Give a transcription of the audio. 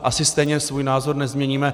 Asi stejně svůj názor nezměníme.